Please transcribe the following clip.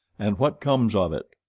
and what comes of it